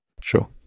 Sure